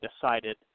decided